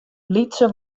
lytse